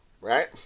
right